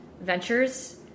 ventures